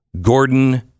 Gordon